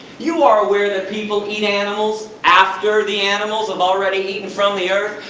you are aware that people eat animals after the animals have already eaten from the earth.